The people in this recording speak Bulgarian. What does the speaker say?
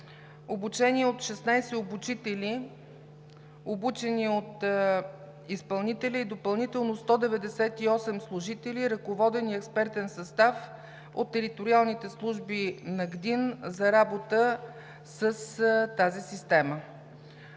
обучение от 16 обучители, обучени от изпълнителя, и допълнително 198 служители ръководен и експертен състав от териториалните служби на Главна дирекция „Изпълнение